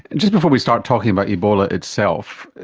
just before we start talking about ebola itself,